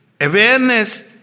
awareness